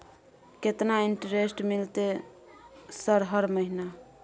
केतना इंटेरेस्ट मिलते सर हर महीना?